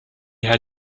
had